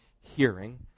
hearing